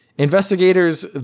Investigators